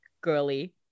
girly